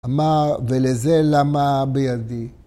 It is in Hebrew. אמר, ולזה למה בידי.